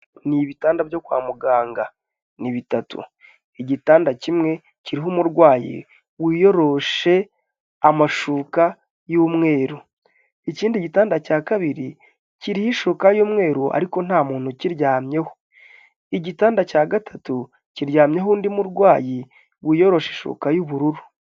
Ni ibitanda byo kwa muganga ni bitatu, igitanda kimwe kiriho umurwayi wiyoroshe amashuka y'umweru, ikindi gitanda cya kabiri kiriho ishuka y'mweru ariko nta muntu ukiryamyeho, igitanda cya gatatu kiryamyeho undi murwayi wiyoroshe ishuka y'ubururu.